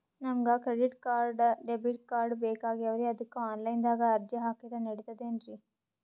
ನಮಗ credit card, debit card ಬೇಕಾಗ್ಯಾವ್ರೀ ಅದಕ್ಕ ಆನಲೈನದಾಗ ಅರ್ಜಿ ಹಾಕಿದ್ರ ನಡಿತದೇನ್ರಿ?